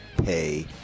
pay